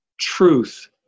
truth